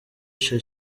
ico